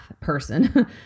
person